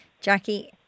Jackie